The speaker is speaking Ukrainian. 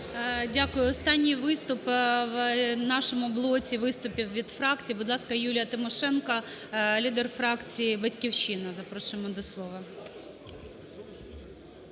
Дякую. Останній виступ в нашому блоці виступів від фракцій. Будь ласка, Юлія Тимошенко, лідер фракції "Батьківщина", запрошуємо до слова.